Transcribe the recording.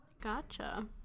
gotcha